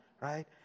right